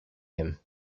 him